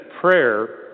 prayer